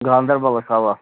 گاندَربَلَس آ